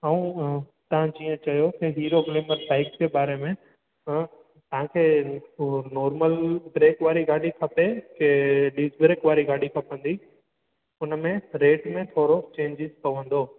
ऐं तव्हां जीअं चयो की हीरो ग्लैमर बाइक जे बारे में हां तव्हां खे नॉर्मल ब्रेक वारी गाॾी खपे की डीप ब्रेक वारी गाॾी खपंदी उन में ब्रेक में थोरो चेंजिस पवंदो